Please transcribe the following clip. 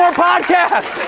so podcasts?